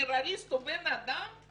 טרוריסט הוא בן אדם?